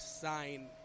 sign